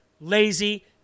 lazy